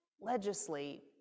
legislate